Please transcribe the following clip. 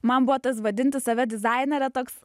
man buvo tas vadinti save dizainere toks